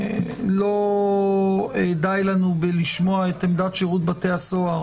לא די לנו לשמוע את עמדת שירות בתי הסוהר